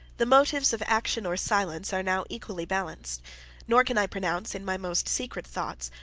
the motives of action or silence are now equally balanced nor can i pronounce, in my most secret thoughts,